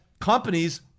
companies